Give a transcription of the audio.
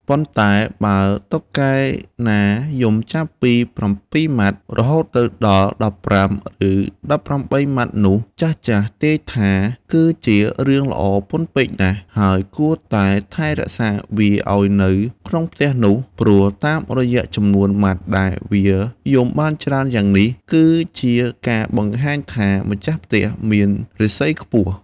ប៉ុន្តែបើតុកកែណាយំចាប់ពី ៧ម៉ាត់ រហូតទៅដល់ ១៥ ឬ ១៨ ម៉ាត់នោះ ចាស់ៗទាយថា គឺជារឿងល្អពន់ពេកណាស់ ហើយគួរតែថែរក្សាវាឱ្យនៅក្នុងផ្ទះនោះ ព្រោះតាមរយៈចំនួនម៉ាត់ដែលវាយំបានច្រើនយ៉ាងនេះ គឺជាការបង្ហាញថា ម្ចាស់ផ្ទះមានរាសីខ្ពស់។